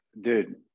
dude